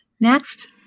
Next